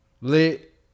Lit